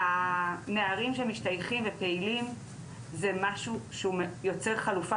הנערים שמשתייכים ופעילים זה משהו שהוא יוצר חלופה